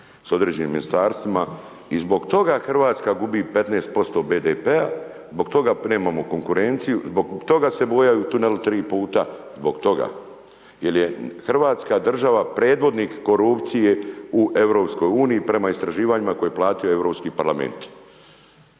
s određenim ministarstvima i zbog toga Hrvatska gubi 15% BDP-a zbog toga nemamo konkurenciju, zbog toga se bojaju tuneli 3 puta, zbog toga. Jer je Hrvatska država predvodnik korupcije u EU, prema istraživanjima koje je platio Europski parlament.